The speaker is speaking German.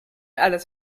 alles